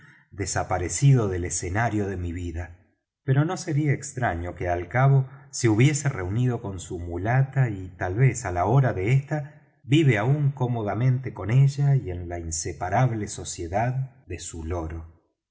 desaparecido del escenario de mi vida pero no sería extraño que al cabo se hubiese reunido con su mulata y tal vez á la hora de esta vive aún cómodamente con ella y en la inseparable sociedad de su loro